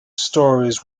stories